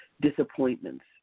disappointments